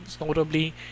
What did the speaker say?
notably